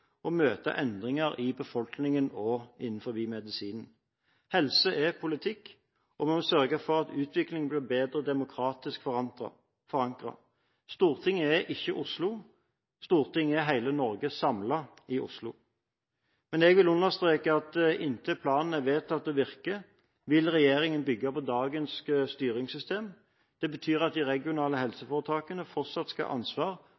og møte endringer i befolkningen og innen medisin. Helse er politikk, og vi må sørge for at utviklingen blir bedre demokratisk forankret. Stortinget er ikke Oslo, Stortinget er hele Norge samlet i Oslo. Men jeg vil understreke at inntil planen er vedtatt og virker, vil regjeringen bygge på dagens styringssystem. Det betyr at de regionale helseforetakene fortsatt skal ha ansvar